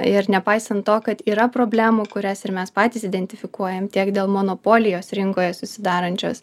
ir nepaisant to kad yra problemų kurias ir mes patys identifikuojam tiek dėl monopolijos rinkoje susidarančios